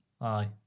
Aye